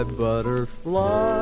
butterfly